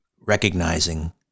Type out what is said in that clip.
recognizing